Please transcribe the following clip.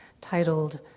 titled